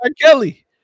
Kelly